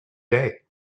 day